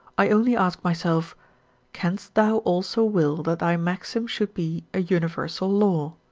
i only ask myself canst thou also will that thy maxim should be a universal law?